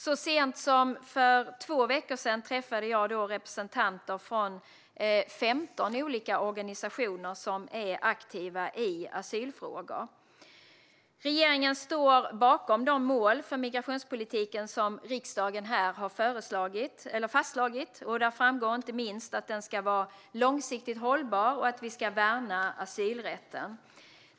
Så sent som för två veckor sedan träffade jag representanter från 15 olika organisationer som är aktiva i asylfrågor. Regeringen står bakom de mål för migrationspolitiken som riksdagen har fastslagit. Där framgår inte minst att den ska vara långsiktigt hållbar och att vi ska värna asylrätten.